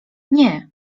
nie